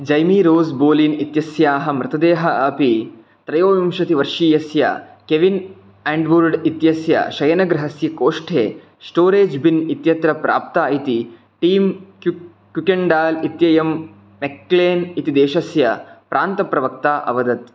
Jamie Rose Bolin इत्यस्याः मृतदेहम् अपि त्रयोविंशतिवर्षीयस्य केविन् अण्डवुर्ड इत्यस्य शयनगृहस्य कोष्ठे श्टोरेज् बिन् इत्यत्र प्राप्तम् इति टीम् क्यु क्यु केण्डाल् इत्ययं मैक्क्लेन् इति देशस्य प्रान्तप्रवक्ता अवदत्